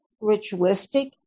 ritualistic